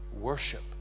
worship